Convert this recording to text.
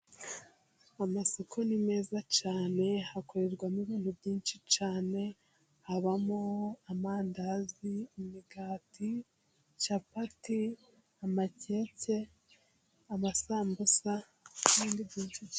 Amasoko ni meza cyane, hakorerwamo ibintu byinshi cyane, habamo amandazi, imigati, capati, amakeke, amasambusa, n'ibindi byinshi.